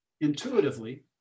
intuitively